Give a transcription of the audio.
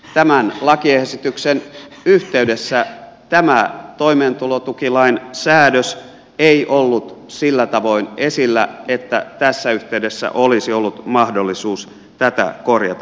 tämän lakiesityksen yhteydessä tämä toimeentulotukilain säädös ei ollut sillä tavoin esillä että tässä yhteydessä olisi ollut mahdollisuus tätä korjata